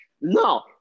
No